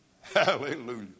Hallelujah